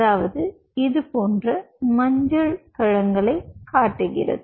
அதாவது இது போன்ற மஞ்சள் கலங்களைக் காட்டுகிறது